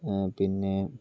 പിന്നെ